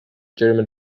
german